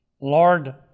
Lord